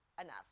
enough